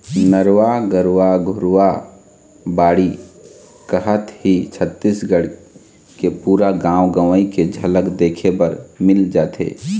नरूवा, गरूवा, घुरूवा, बाड़ी कहत ही छत्तीसगढ़ के पुरा गाँव गंवई के झलक देखे बर मिल जाथे